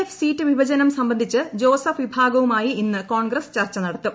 F seat വിഭജനം സംബന്ധിച്ച് ജോസഫ് വിഭാഗവുമായി ഇന്ന് കോൺഗ്രസ് ചർച്ച നടത്തും